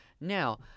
Now